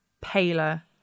paler